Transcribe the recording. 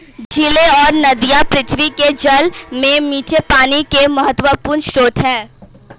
झीलें और नदियाँ पृथ्वी के जल में मीठे पानी के महत्वपूर्ण स्रोत हैं